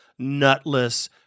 nutless